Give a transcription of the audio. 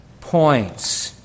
points